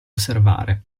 osservare